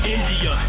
India